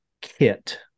kit